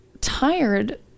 tired